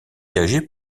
dirigée